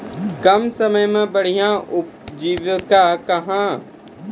कम समय मे बढ़िया उपजीविका कहना?